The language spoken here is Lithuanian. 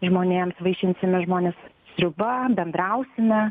žmonėms vaišinsime žmones sriuba bendrausime